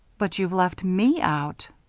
but you've left me out.